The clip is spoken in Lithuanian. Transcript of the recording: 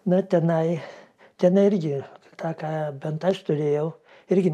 na tenai tenai irgi tą ką bent aš turėjau irgi